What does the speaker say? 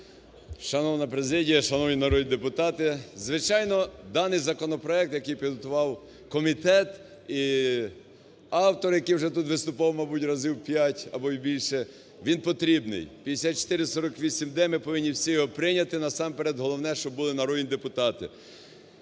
Шановна президія! Шановні народні депутати! Звичайно, даний законопроект, який підготував комітет і автор, який вже тут виступав, мабуть, разів п'ять або і більше, він потрібний – 5448-д. Ми повинні всі його прийняти, насамперед головне, щоб були народні депутати.